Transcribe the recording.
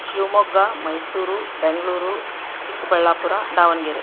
Shivamogga Mysuru Bengaluru Chikkaballapura Davanagere